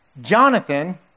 Jonathan